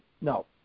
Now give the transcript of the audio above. No